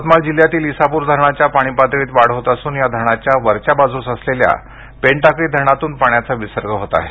यवतमाळ जिल्ह्यातील ईसापूर धरणाच्या पाणी पातळीत वाढ होत असून या धरणाच्या वरच्या बाजूस असलेल्या पेनटाकळी धरणातून पाण्याचा विसर्ग होत आहे